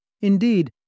Indeed